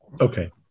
Okay